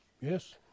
Yes